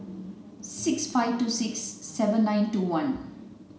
six five two six seven nine two one